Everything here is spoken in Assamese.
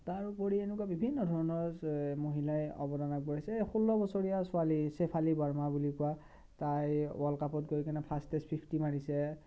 তাৰ উপৰি এনেকুৱা বিভিন্ন ধৰণৰ মহিলাই অৱদান আগবঢ়াইছে এই ষোল্ল বছৰীয়া ছোৱালী চেফালি বৰ্মা বুলি কোৱা তাই ওৱৰ্ল্ড কাপত গৈ কিনে ফাৰ্ষ্টটেষ্টত ফিফটি মাৰিছে